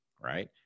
right